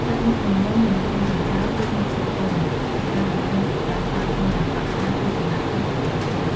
ទឹកមុខញញឹម មិនជ្រួញចិញ្ចើម ឬ មុខស្រពោន ជាការបង្ហាញពីការស្វាគមន៍យ៉ាងកក់ក្ដៅពីសំណាក់សិស្សទៅកាន់គ្រូ។